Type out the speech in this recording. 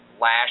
last